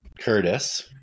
Curtis